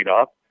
up